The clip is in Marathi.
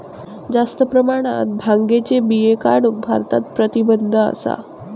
जास्त प्रमाणात भांगेच्या बिया काढूक भारतात प्रतिबंध असा